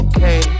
Okay